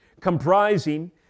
comprising